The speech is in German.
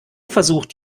versucht